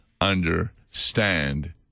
understand